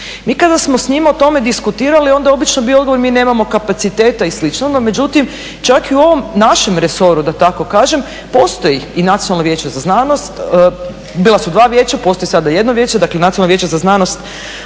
Mi kada smo s njima o tome diskutirali onda je obično bio odgovor mi nemamo kapaciteta i slično no međutim čak i u ovom našem resoru da tako kažem postoji i Nacionalno vijeće za znanost, bila su dva vijeća, postoji sada jedno vijeće, dakle Nacionalno vijeće za znanost,